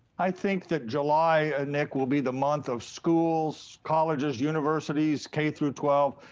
i think that july, ah nick, will be the month of schools, colleges, universities, k through twelve,